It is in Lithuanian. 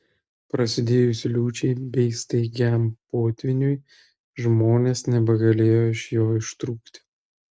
prasidėjus liūčiai bei staigiam potvyniui žmonės nebegalėjo iš jo ištrūkti